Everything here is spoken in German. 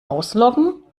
ausloggen